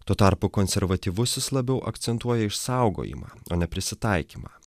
tuo tarpu konservatyvusis labiau akcentuoja išsaugojimą o ne prisitaikymą